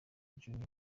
junior